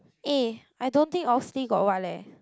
eh I don't think Oxley got what leh